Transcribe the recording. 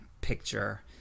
picture